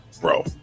bro